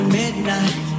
midnight